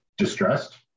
distressed